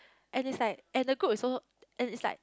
and is like and the group is so and is like